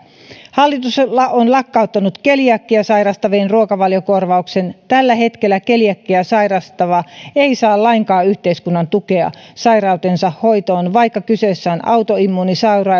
hallitus on lakkauttanut keliakiaa sairastavien ruokavaliokorvauksen tällä hetkellä keliakiaa sairastava ei saa lainkaan yhteiskunnan tukea sairautensa hoitoon vaikka kyseessä on autoimmuunisairaus